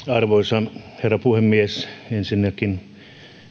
arvoisa herra puhemies ensinnäkin